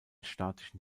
statischen